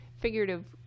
figurative